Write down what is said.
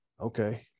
okay